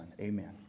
Amen